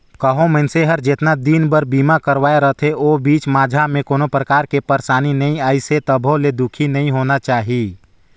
कहो मइनसे हर जेतना दिन बर बीमा करवाये रथे ओ बीच माझा मे कोनो परकार के परसानी नइ आइसे तभो ले दुखी नइ होना चाही